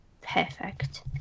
Perfect